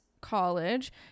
college